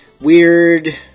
weird